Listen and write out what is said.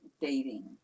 dating